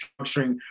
structuring